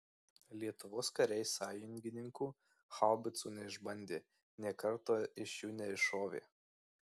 lietuvos kariai sąjungininkų haubicų neišbandė nė karto iš jų neiššovė